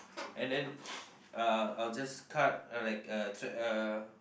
and then uh I'll just cut a like a tri~ uh